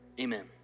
amen